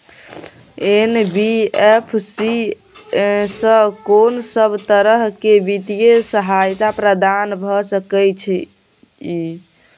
NBFC स कोन सब तरह के वित्तीय सहायता प्रदान भ सके इ? इ